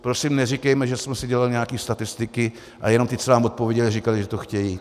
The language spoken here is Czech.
Prosím neříkejme, že jsme si dělali nějaké statistiky a jenom ti, co nám odpověděli, říkali, že to chtějí.